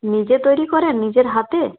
নিজে তৈরি করেন নিজের হাতে